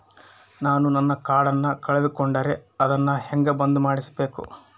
ನಾನು ನನ್ನ ಕಾರ್ಡನ್ನ ಕಳೆದುಕೊಂಡರೆ ಅದನ್ನ ಹೆಂಗ ಬಂದ್ ಮಾಡಿಸಬೇಕು?